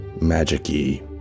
magic-y